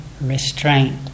restraint